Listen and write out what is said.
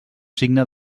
signe